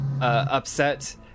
Upset